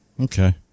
Okay